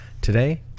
Today